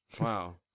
Wow